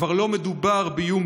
כבר לא מדובר באיום